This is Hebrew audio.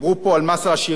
דיברו פה על מס העשירים,